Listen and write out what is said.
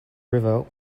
river